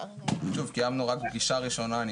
שוב, קיימנו רק פגישה ראשונה.